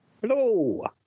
Hello